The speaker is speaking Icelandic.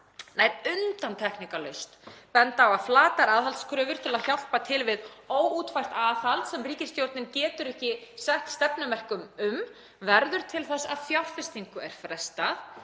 nær undantekningarlaust á að flatar aðhaldskröfur til að hjálpa til við óútfært aðhald, sem ríkisstjórnin getur ekki sett stefnumörkun um, verður til þess að fjárfestingu er frestað.